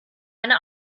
eine